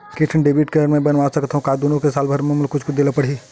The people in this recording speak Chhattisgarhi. के ठन डेबिट मैं बनवा रख सकथव? का दुनो के साल भर मा कुछ दे ला पड़ही?